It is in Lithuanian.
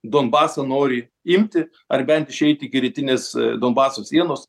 donbaso nori imti ar bent išeit iki rytinės donbaso sienos